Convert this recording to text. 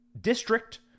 district